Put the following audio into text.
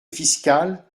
fiscale